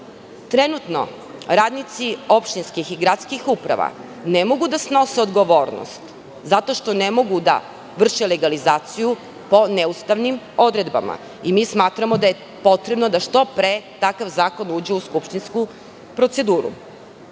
Trenutno radnici opštinskih i gradskih uprava ne mogu da snose odgovornost zato što ne mogu da vrše legalizaciju po neustavnim odredbama. Mi smatramo da je potrebno da što pre takav zakon uđe u skupštinsku proceduru. Govorili